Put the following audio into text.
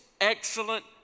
excellent